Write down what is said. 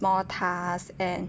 more task and